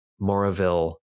Moraville